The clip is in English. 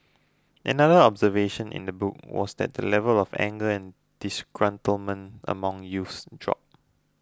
another observation in the book was that the level of anger and disgruntlement among youth dropped